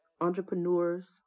entrepreneurs